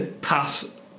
pass